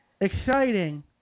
exciting